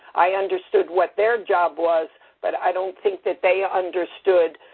i understood what their job was, but i don't think that they ah understood